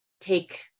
take